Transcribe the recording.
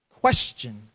question